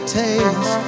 tales